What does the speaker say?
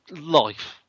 life